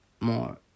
more